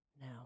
now